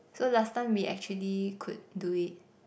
so last time we actually could do it